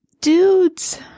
Dudes